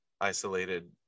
isolated